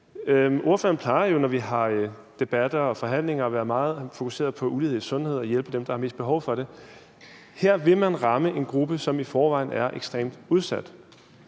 Ordføreren plejer jo, når vi har debatter og forhandlinger, at være meget fokuseret på ulighed i sundhed og at hjælpe dem, der har mest behov for det. Her vil man ramme en gruppe, som i forvejen er ekstremt udsat,